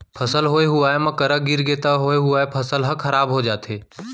फसल होए हुवाए म करा गिरगे त होए हुवाए फसल ह खराब हो जाथे